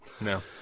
No